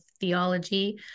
theology